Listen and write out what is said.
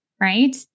right